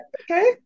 Okay